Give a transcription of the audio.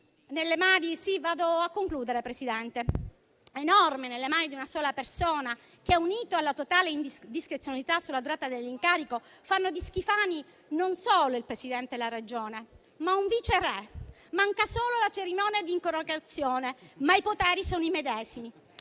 nelle mani di una sola persona, uniti alla totale discrezionalità sulla durata dell'incarico, fanno di Schifani non solo il presidente della Regione, ma un viceré. Manca la cerimonia di incoronazione, ma i poteri sono i medesimi.